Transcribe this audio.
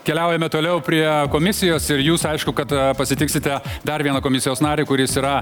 keliaujame toliau prie komisijos ir jūs aišku kad pasitiksite dar vieną komisijos narį kuris yra